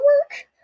work